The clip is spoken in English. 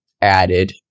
added